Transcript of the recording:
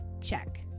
check